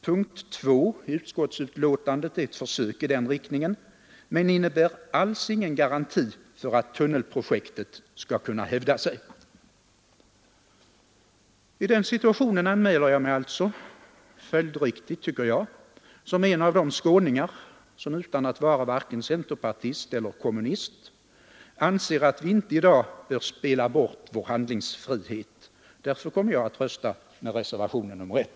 Punkt 2 i utskottsbetänkandet är ett försök i den riktningen men innebär alls ingen garanti för att tunnelprojektet skall kunna hävda sig. I den situationen anmäler jag mig — följdriktigt tycker jag — som en av de skåningar som utan att vara vare sig centerpartist eller kommunist anser att vi inte i dag bör spela bort vår handlingsfrihet. Därför kommer jag att rösta med reservationen 1.